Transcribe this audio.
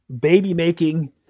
baby-making